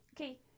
okay